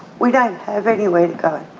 we don't have anywhere to go.